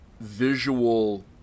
visual